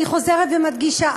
אני חוזרת ומדגישה,